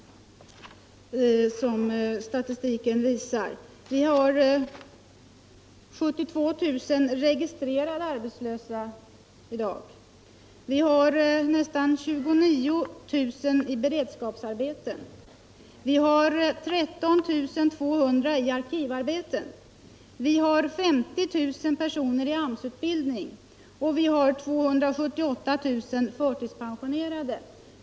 Det finns i dag 72 000 registrerade arbetslösa, nästan 29 000 i beredskapsarbeten, 13 200 i arkivarbeten, 50 000 i AMS-utbildning och 278 000 förtidspensionerade.